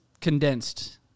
condensed